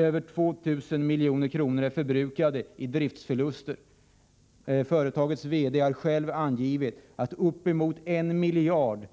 Över 2 000 milj.kr. har förbrukats i driftsförluster. Företagets VD har själv uppgivit att båtarnas värde uppgår till uppemot 1 miljard